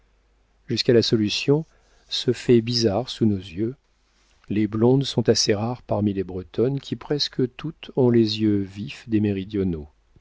jusqu'à la solution ce fait bizarre est sous nos yeux les blondes sont assez rares parmi les bretonnes qui presque toutes ont les yeux vifs des méridionaux